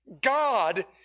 God